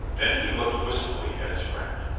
then he looked wistfully at his friend.